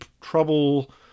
trouble